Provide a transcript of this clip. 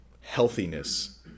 healthiness